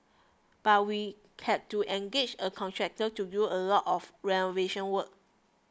but we had to engage a contractor to do a lot of renovation work